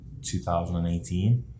2018